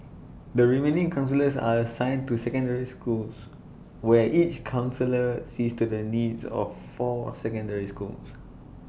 the remaining counsellors are assigned to secondary schools where each counsellor sees to the needs of four secondary schools